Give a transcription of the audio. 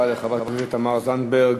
תודה רבה לחברת הכנסת תמר זנדברג.